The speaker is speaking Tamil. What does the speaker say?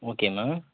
ஓகேம்மா